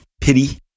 pity